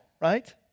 right